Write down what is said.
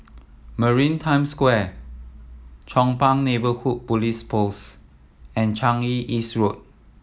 Maritime Square Chong Pang Neighbourhood Police Post and Changi East Road